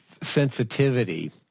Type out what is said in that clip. sensitivity